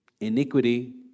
Iniquity